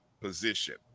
position